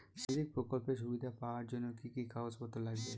সামাজিক প্রকল্পের সুবিধা পাওয়ার জন্য কি কি কাগজ পত্র লাগবে?